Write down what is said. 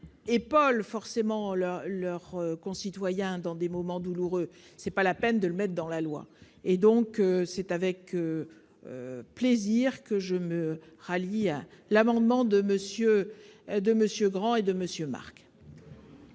Paul forcément la leur concitoyens dans des moments douloureux, c'est pas la peine de le mette dans la loi et donc c'est avec plaisir que je me rallie à l'amendement de monsieur, de monsieur